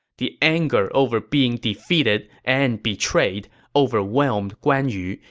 the anger over being defeated and betrayed overwhelmed guan yu.